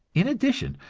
in addition,